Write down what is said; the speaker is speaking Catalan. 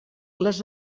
les